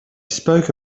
spoke